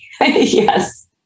Yes